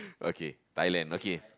okay Thailand okay